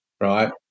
right